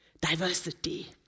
diversity